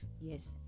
Yes